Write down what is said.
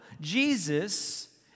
Jesus